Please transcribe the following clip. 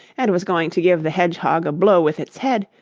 and was going to give the hedgehog a blow with its head,